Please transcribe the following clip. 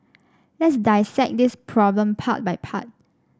let's dissect this problem part by part